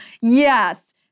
Yes